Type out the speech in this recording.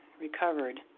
recovered